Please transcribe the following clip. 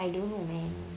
I don't know man